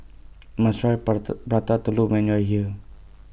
must Try Prata Telur when YOU Are here